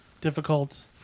difficult